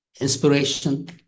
inspiration